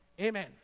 Amen